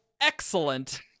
excellent